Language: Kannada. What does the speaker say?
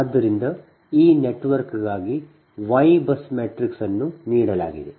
ಆದ್ದರಿಂದ ಈ ನೆಟ್ವರ್ಕ್ಗಾಗಿ Y BUS ಮ್ಯಾಟ್ರಿಕ್ಸ್ ಅನ್ನು ನೀಡಲಾಗಿದೆ